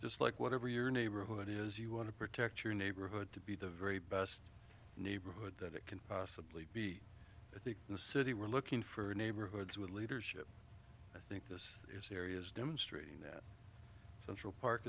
just like whatever your neighborhood is you want to protect your neighborhood to be the very best neighborhood that it can possibly be in the city we're looking for neighborhoods with leadership i think this is areas demonstrating that central park